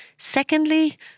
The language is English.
Secondly